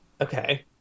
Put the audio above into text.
Okay